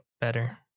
better